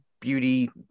beauty